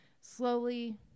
slowly